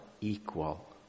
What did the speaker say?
equal